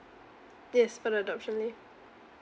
yes for the adoption leave